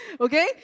Okay